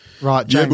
Right